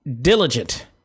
diligent